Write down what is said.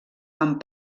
amb